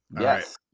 Yes